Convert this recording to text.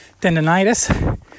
Tendinitis